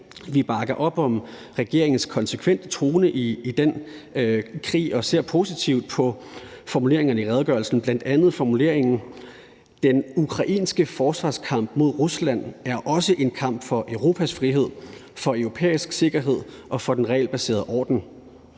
Vi bakker op om regeringens konsekvente tone i den krig og ser positivt på formuleringerne i redegørelsen, bl.a. formuleringen: »Den ukrainske forsvarskamp mod Rusland er også en kamp for Europas frihed, for europæisk sikkerhed og for den globale regelbaserede orden.«